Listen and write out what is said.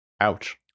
Ouch